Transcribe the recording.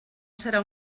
serà